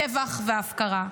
הטבח וההפקרה.